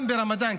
גם ברמדאן,